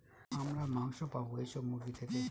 আমরা মাংস পাবো এইসব মুরগি থেকে